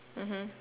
mmhmm